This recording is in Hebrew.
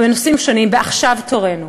ועכשיו תורנו.